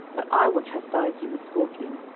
but i will chastise you with scorpions